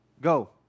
go